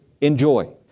enjoy